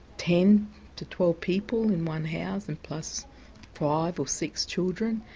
ten to twelve people in one house, and plus five or six children.